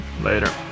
Later